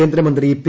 കേന്ദ്രമന്ത്രി പി